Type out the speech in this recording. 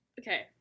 okay